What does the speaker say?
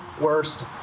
worst